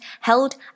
held